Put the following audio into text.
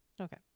okay